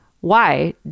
Why